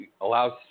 Allows